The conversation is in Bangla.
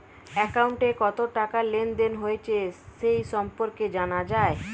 অ্যাকাউন্টে কত টাকা লেনদেন হয়েছে সে সম্পর্কে জানা যায়